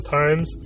times